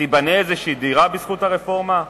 תיבנה דירה כלשהי בזכות הרפורמה?